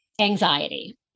anxiety